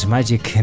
Magic